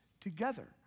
together